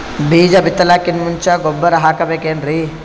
ಬೀಜ ಬಿತಲಾಕಿನ್ ಮುಂಚ ಗೊಬ್ಬರ ಹಾಕಬೇಕ್ ಏನ್ರೀ?